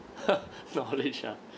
!huh! knowledge ah